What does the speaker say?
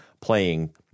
playing